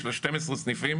יש לה 12 סניפים.